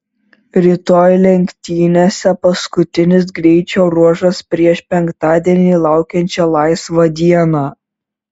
rytoj lenktynėse paskutinis greičio ruožas prieš penktadienį laukiančią laisvą dieną